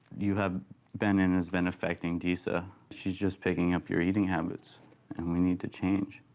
you have been and has been affecting deesa. she's just picking up your eating habits and we need to change.